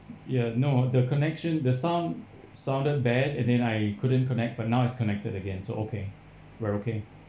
ya no the connection the sound sounded bad and then I couldn't connect but now is connected again so okay we are okay